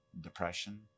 depression